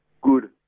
Good